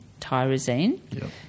tyrosine